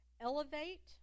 Elevate